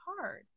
hard